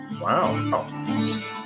wow